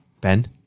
Ben